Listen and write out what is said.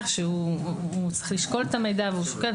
שהוא צריך לשקול את המידע והוא שוקל.